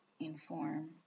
inform